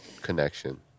connection